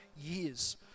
years